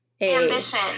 Ambition